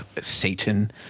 Satan